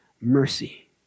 mercy